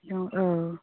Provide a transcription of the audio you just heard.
दङ औ